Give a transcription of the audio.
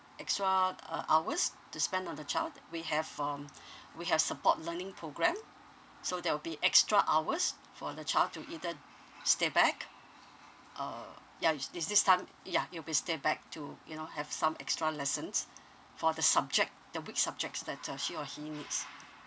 extra uh hours to spend on the child we have um we have support learning programme so there will be extra hours for the child to either stay back uh ya is this this time ya you'll be stay back to you know have some extra lessons for the subject the weak subjects that uh she or he needs